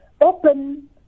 Open